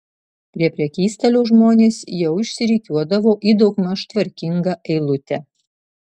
prie prekystalio žmonės jau išsirikiuodavo į daugmaž tvarkingą eilutę